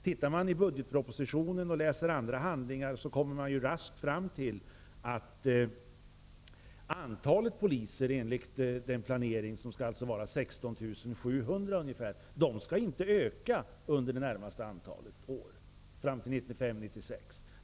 Tittar man i budgetpropositionen och i andra handlingar kommer man raskt fram till att antalet poliser enligt planeringen, dvs. ungefär 16 700, inte skall öka under de närmaste åren fram till 1995/96.